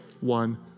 one